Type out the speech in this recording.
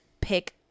pick